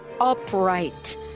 upright